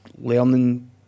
learning